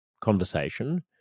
conversation